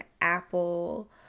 Apple